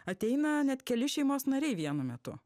ateina net keli šeimos nariai vienu metu